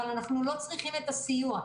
אבל אנחנו לא צריכים את הסיוע.